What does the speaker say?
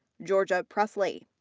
georgia presley.